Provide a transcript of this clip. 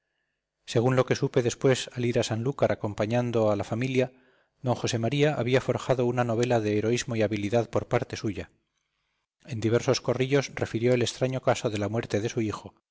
según lo que supe después al ir a sanlúcar acompañando a la familia d josé maría había forjado una novela de heroísmo y habilidad por parte suya en diversos corrillos refirió el extraño caso de la muerte de su hijo